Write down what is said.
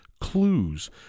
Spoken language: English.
clues